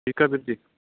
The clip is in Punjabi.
ਠੀਕ ਆ ਵੀਰ ਜੀ